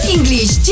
English